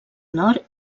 nord